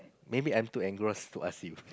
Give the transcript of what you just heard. maybe I'm too engrossed to ask you